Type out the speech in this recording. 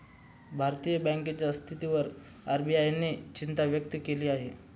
भारतीय बँकांच्या स्थितीवर आर.बी.आय ने चिंता व्यक्त केली आहे